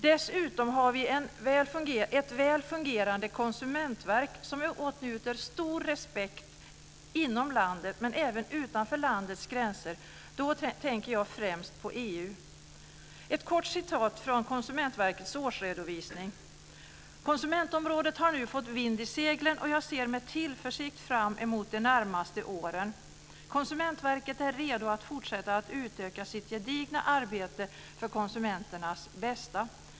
Dessutom har vi ett väl fungerande konsumentverk som åtnjuter stor respekt inom landet men även utanför landets gränser. Jag tänker då främst på EU. Ett kort citat från Konsumentverkets årsredovisning: "Konsumentområdet har nu fått vind i seglen och jag ser med tillförsikt fram emot de närmaste åren. Konsumentverket är redo att fortsätta och utöka sitt gedigna arbete för konsumenternas bästa."